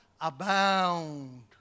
Abound